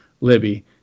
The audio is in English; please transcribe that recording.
Libby